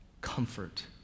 comfort